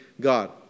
God